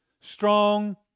strong